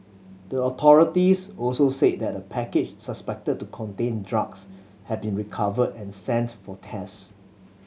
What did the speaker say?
the authorities also said that a package suspected to contain drugs had been recovered and sent for test